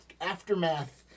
aftermath